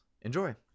Enjoy